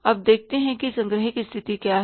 अब देखते हैं कि संग्रह की स्थिति क्या है